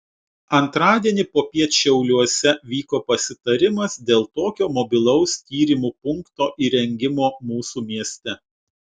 antradienį popiet šiauliuose vyko pasitarimas dėl tokio mobilaus tyrimų punkto įrengimo mūsų mieste